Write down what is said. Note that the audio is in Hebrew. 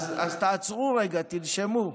אז תעצרו רגע, תנשמו.